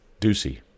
Ducey